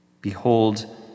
Behold